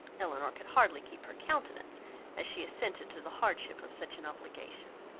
elinor could hardly keep her countenance as she assented to the hardship of such an obligation.